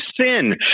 sin